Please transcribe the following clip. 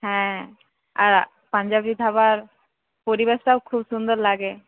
হ্যাঁ আর পাঞ্জাবী ধাবার পরিবেশটাও খুব সুন্দর লাগে